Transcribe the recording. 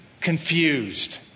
confused